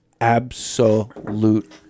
absolute